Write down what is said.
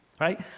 right